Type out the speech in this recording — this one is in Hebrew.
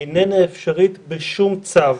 איננה אפשרית בשום צו.